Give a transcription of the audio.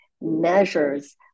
measures